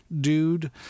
dude